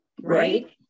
right